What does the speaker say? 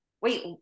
wait